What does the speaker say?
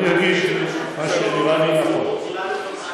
אני אגיד מה שנראה לי נכון.